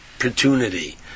opportunity